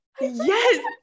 yes